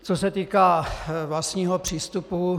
Co se týká vlastního přístupu.